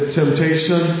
temptation